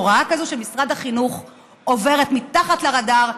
הוראה כזו של משרד החינוך עוברת מתחת לרדאר,